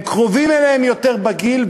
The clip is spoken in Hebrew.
הם קרובים אליהם יותר בגיל,